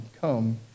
Come